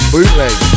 Bootleg